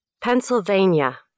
Pennsylvania